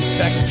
back